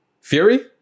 Fury